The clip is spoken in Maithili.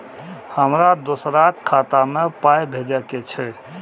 हमरा दोसराक खाता मे पाय भेजे के छै?